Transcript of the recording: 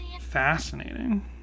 Fascinating